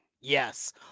Yes